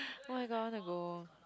[oh]-my-god I want to go